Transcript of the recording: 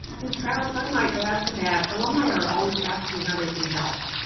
and travis, i might add to that alumni are always asking how they can help.